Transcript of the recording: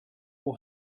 will